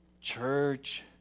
church